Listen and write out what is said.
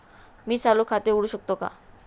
मी चालू खाते उघडू शकतो का?